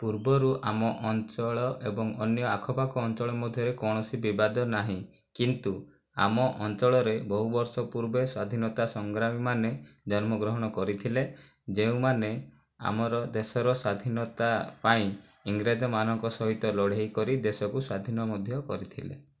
ପୂର୍ବରୁ ଆମ ଅଞ୍ଚଳ ଏବଂ ଆମ ଆଖପାଖ ଅଞ୍ଚଳ ମଧ୍ୟରେ କୌଣସି ବିବାଦ ନାହିଁ କିନ୍ତୁ ଆମ ଅଞ୍ଚଳରେ ବହୁ ବର୍ଷ ପୂର୍ବେ ସ୍ଵାଧିନତା ସଂଗ୍ରାମୀ ମାନେ ଜନ୍ମଗ୍ରହଣ କରିଥିଲେ ଯେଉଁମାନେ ଆମ ଦେଶର ସ୍ଵାଧିନତା ପାଇଁ ଇଂରେଜ ମାନଙ୍କ ସହ ଲଢ଼େଇ କରି ଦେଶକୁ ସ୍ଵାଧିନ ମଧ୍ୟ କରିଥିଲେ